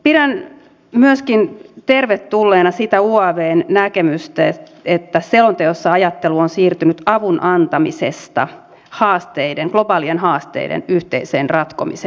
pidän myöskin tervetulleena sitä uavn näkemystä että selonteossa ajattelu on siirtynyt avun antamisesta globaalien haasteiden yhteiseen ratkomiseen